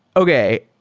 okay,